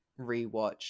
rewatch